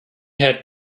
had